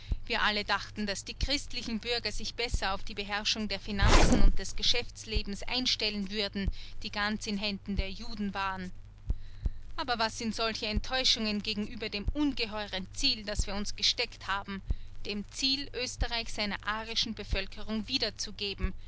wir alle dachten daß die christlichen bürger sich besser auf die beherrschung der finanzen und des geschäftslebens einstellen würden die ganz in händen der juden waren aber was sind solche enttäuschungen gegenüber dem ungeheuren ziel das wir uns gesteckt haben dem ziel oesterreich seiner arischen bevölkerung wiederzugeben